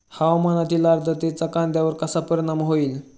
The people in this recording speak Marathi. हवामानातील आर्द्रतेचा कांद्यावर कसा परिणाम होईल?